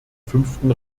fünften